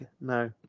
No